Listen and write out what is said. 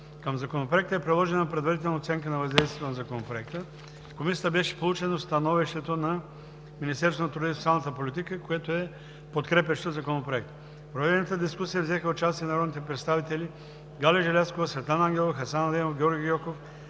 Към Законопроекта е приложена Предварителна оценка на въздействието на Законопроекта. В Комисията беше получено становището на Министерството на труда и социалната политика, което е подкрепящо Законопроекта. В проведената дискусия взеха участие народните представители Галя Желязкова, Светлана Ангелова, Хасан Адемов, Георги Гьоков,